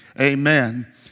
Amen